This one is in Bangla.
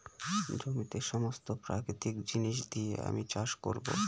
জমিতে সমস্ত প্রাকৃতিক জিনিস দিয়ে আমি চাষ করবো